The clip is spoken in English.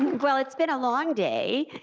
well, it's been a long day,